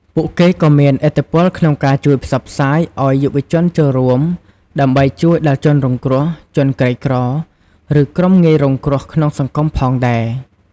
ពួកគេក៏មានឥទ្ធិពលក្នុងការជួយផ្សព្វផ្សាយអោយយុវជនចូលរួម ដើម្បីជួយដល់ជនរងគ្រោះ ជនក្រីក្រ ឬក្រុមងាយរងគ្រោះក្នុងសង្គមផងដែរ។